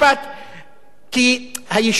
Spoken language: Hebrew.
כי היישוב לא מוכן.